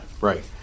right